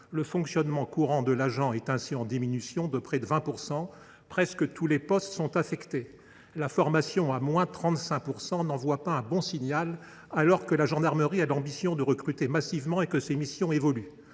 Le fonctionnement courant lié à l’agent est ainsi en diminution de 19,4 %. Presque tous les postes sont affectés : la baisse des dépenses de formation, à –35 %, n’envoie pas un bon signal alors que la gendarmerie a l’ambition de recruter massivement et que ses missions évoluent.